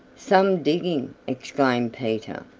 some digging! exclaimed peter.